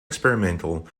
experimental